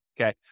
Okay